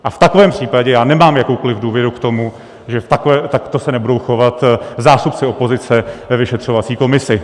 A v takovém případě já nemám jakoukoliv důvěru k tomu, že takto se nebudou chovat zástupci opozice ve vyšetřovací komisi.